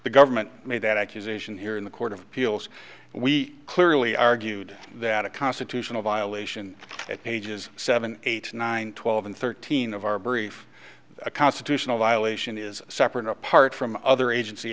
the government made that accusation here in the court of appeals we clearly argued that a constitutional violation ages seven eight nine twelve and thirteen of our brief a constitutional violation is separate apart from other agency